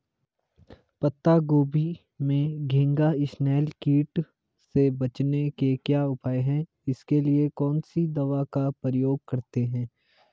पत्ता गोभी में घैंघा इसनैल कीट से बचने के क्या उपाय हैं इसके लिए कौन सी दवा का प्रयोग करते हैं?